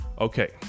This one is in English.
okay